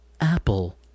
Apple